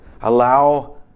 allow